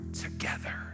together